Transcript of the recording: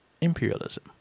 imperialism